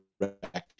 Direct